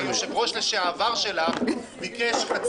שהיושב-ראש לשעבר שלך ביקש חצי מהשרים,